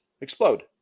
Explode